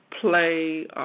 play